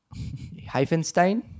Hyphenstein